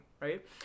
right